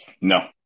No